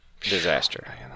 disaster